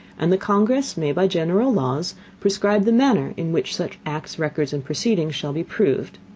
and the congress may by general laws prescribe the manner in which such acts, records, and proceedings shall be proved,